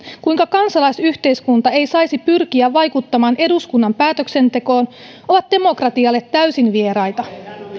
kuinka kansalaisyhteiskunta ei saisi pyrkiä vaikuttamaan eduskunnan päätöksentekoon ovat demokratialle täysin vieraita